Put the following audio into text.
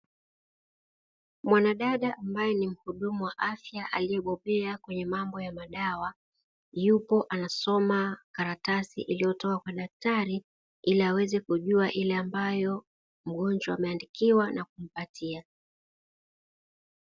Mwana dada ambaye ni mhudumu wa afya aliyebobea kwenye mambo ya madawa, yupo anasoma karatasi iliyotoka kwa daktari ili aweze kujua ile ambayo mgonjwa ameandikiwa na kumpatia.